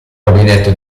gabinetto